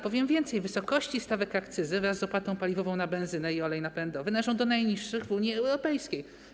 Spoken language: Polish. Powiem więcej: wysokości stawek akcyzy wraz z opłatą paliwową na benzynę i olej napędowy należą do najniższych w Unii Europejskiej.